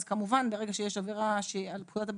וברגע שיש עבירה שהיא על פי פקודת הבטיחות,